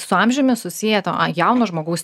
su amžiumi susiję to jauno žmogaus